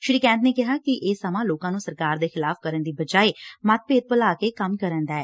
ਸ਼ੀ ਕੈੱਥ ਨੇ ਕਿਹਾ ਕਿ ਇਹ ਸਮਾਂ ਲੋਕਾਂ ਨੁੰ ਸਰਕਾਰ ਦੇ ਖਿਲਾਫ ਕਰਨ ਦੀ ਬਜਾਏ ਮਤਭੇਦ ਭੁਲਾ ਕੇ ਕੰਮ ਕਨ ਦਾ ਏ